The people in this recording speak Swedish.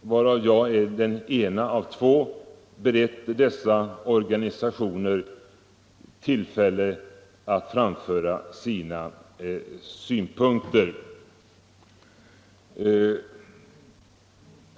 varav jag är en av två, berett dessa organisationer tillfälle att framföra sina synpunkter.